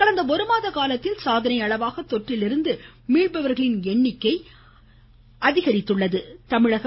கடந்த ஒருமாத காலத்தில் சாதனை அளவாக தொற்றிலிருந்து மீள்பவர்களின் எண்ணிக்கை அதிகரித்துள்ளது